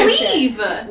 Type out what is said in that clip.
leave